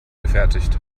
gefertigt